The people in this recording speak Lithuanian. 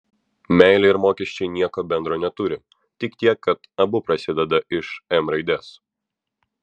meilė ir mokesčiai nieko bendro neturi tik tiek kad abu prasideda iš m raidės